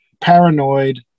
paranoid